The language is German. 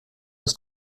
muss